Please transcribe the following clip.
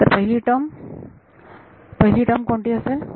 तर पहिली टर्म पहिली टर्म कोणती असेल